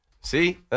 See